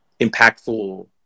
impactful